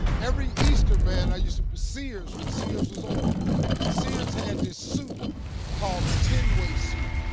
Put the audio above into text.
every easter, man, i used to sears, when sears was open sears had this suit called a ten-way suit.